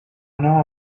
know